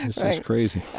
and so crazy